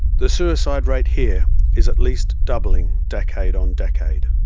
the suicide rate here is at least doubling decade on decade.